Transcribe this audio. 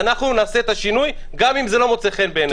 ואנחנו נעשה את השינוי גם אם זה לא מוצא חן בעיניכם.